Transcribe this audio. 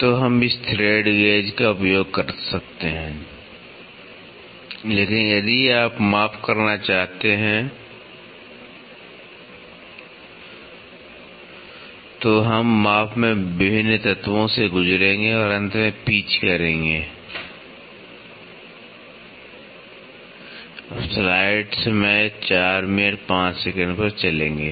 तो हम इस थ्रेड गेज （thread gauge）का उपयोग कर सकते हैं लेकिन यदि आप माप करना चाहते हैं तो हम माप में विभिन्न तत्वों से गुजरेंगे और अंत में पिच （pitch） करेंगे